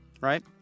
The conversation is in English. Right